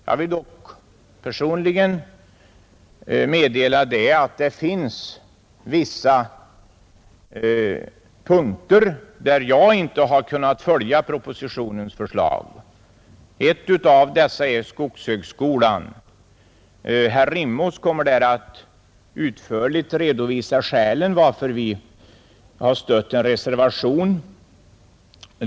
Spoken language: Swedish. Jag vill dock personligen meddela att det finns vissa punkter där jag inte har kunnat följa propositionens förslag. En av dessa gäller skogshögskolan. Herr Rimås kommer att utförligt redovisa skälen till att vi stöder en reservation.